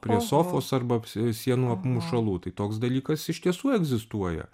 prie sofos arba sienų apmušalų tai toks dalykas iš tiesų egzistuoja